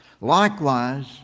Likewise